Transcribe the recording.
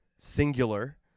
singular